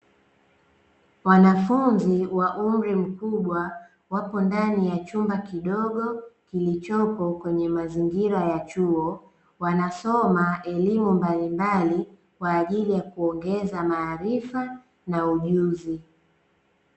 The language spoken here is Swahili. Wanafunzi wa umri mkubwa wapo ndani ya chumba kidogo kilichopo kwenye mazingira ya chuo. Wanasoma elimu mbalimbali kwaajili ya kuongeza maarifa na ujuzi.